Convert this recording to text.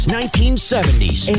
1970s